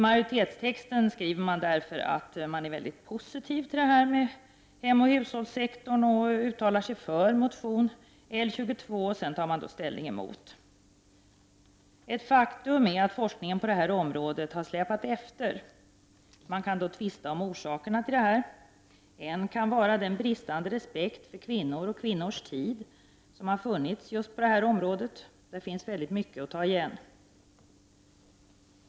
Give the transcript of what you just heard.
Majoriteten i utskottet skriver att man är mycket positiv till hemoch hushållssektorn och uttalar sig för motion L22, men tar sedan ställning mot den. Ett faktum är att forskningen på detta område har släpat efter. Man kan tvista om orsakerna till detta. En orsak kan vara den bristande respekt för kvinnor och kvinnors tid som har funnits just på det området. Här finns mycket att ta igen.